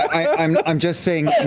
i mean i'm just saying yeah